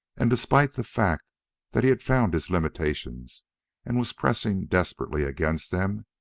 and despite the fact that he had found his limitations and was pressing desperately against them,